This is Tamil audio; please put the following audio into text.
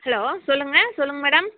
ஹலோ சொல்லுங்க சொல்லுங்க மேடம்